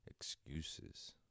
excuses